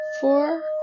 four